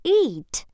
eat